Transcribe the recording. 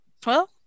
Twelve